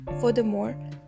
Furthermore